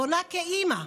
פונה כאימא,